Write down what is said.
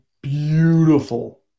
Beautiful